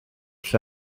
lle